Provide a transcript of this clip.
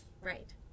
Right